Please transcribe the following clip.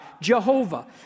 Jehovah